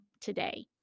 today